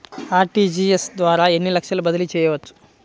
RTGS ద్వారా ఎన్ని లక్షలు బదిలీ చేయవచ్చు?